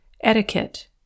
Etiquette